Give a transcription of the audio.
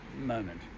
moment